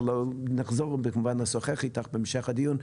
אבל נחזור כמובן לשוחח איתך בהמשך הדיון.